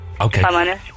Okay